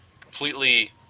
completely